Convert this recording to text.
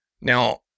Now